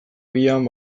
bian